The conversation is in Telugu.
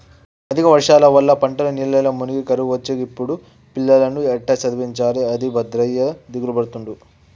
అధిక వర్షాల వల్ల పంటలు నీళ్లల్ల మునిగి కరువొచ్చే గిప్పుడు పిల్లలను ఎట్టా చదివించాలె అని భద్రయ్య దిగులుపడుతుండు